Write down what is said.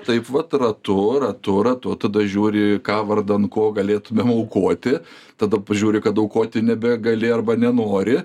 taip vat ratu ratu ratu tada žiūri ką vardan ko galėtumėm aukoti tada pažiūri kad aukoti nebegali arba nenori